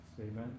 Amen